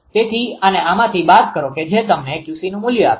તેથી આને આમાંથી બાદ કરો કે જે તમને 𝑄𝐶નુ મૂલ્ય આપશે